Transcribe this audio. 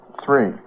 Three